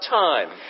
time